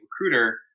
recruiter